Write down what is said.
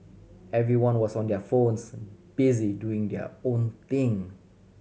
everyone was on their phones busy doing their own thing